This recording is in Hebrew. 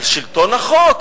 על שלטון החוק.